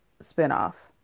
spinoff